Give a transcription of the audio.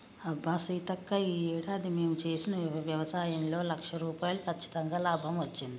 అబ్బా సీతక్క ఈ ఏడాది మేము చేసిన వ్యవసాయంలో లక్ష రూపాయలు కచ్చితంగా లాభం వచ్చింది